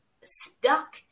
stuck